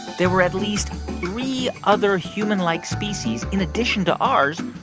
there were at least three other humanlike species in addition to ours,